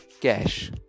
cash